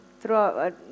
throughout